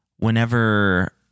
Whenever